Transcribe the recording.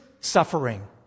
suffering